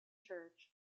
church